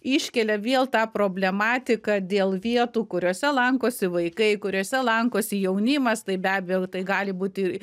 iškelia vėl tą problematiką dėl vietų kuriose lankosi vaikai kuriose lankosi jaunimas tai be abejo tai gali būti